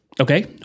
Okay